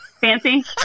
Fancy